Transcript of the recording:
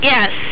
Yes